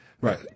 Right